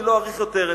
אני לא אאריך יותר,